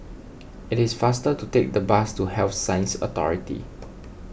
it is faster to take the bus to Health Sciences Authority